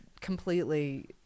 completely